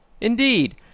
Indeed